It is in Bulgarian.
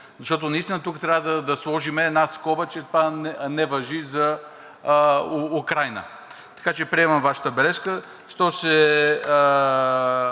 Защото наистина тук трябва да сложим една скоба, че това не важи за Украйна. Така че приемам Вашата бележка.